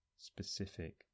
Specific